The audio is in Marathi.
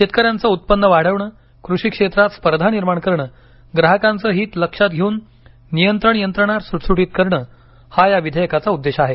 शेतकऱ्यांचे उत्पन्न वाढवणं कृषी क्षेत्रात स्पर्धा निर्माण करणं ग्राहकांचे हीत लक्षात घेऊन नियंत्रण यंत्रणा सुटसुटीत करणं हा या विधेयकाचा उद्देश आहे